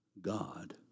God